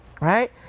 right